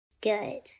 good